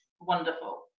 wonderful